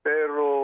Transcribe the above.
Pero